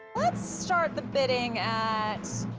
let's start the bidding.